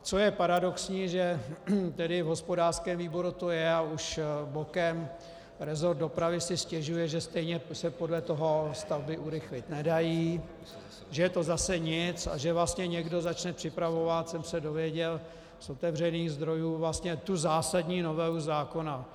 Co je paradoxní, že v hospodářském výboru to je, a už bokem, resort dopravy si stěžuje, že stejně se podle toho stavby urychlit nedají, že je to zase nic a že vlastně někdo začne připravovat, jsem se dozvěděl z otevřených zdrojů, vlastně tu zásadní novelu zákona.